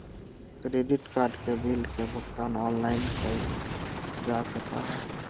credit card के bill के भुगतान ऑनलाइन कइल जा सका हई